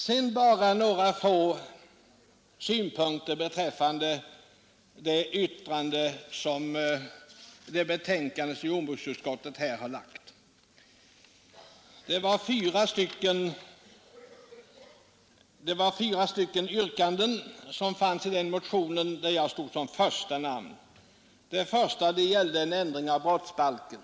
Sedan vill jag komma med några få synpunkter beträffande det betänkande som jordbruksutskottet har avgivit. Det fanns fyra yrkanden i den motion där jag stod som första namn. Det första yrkandet gällde en ändring av brottsbalken.